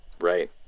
Right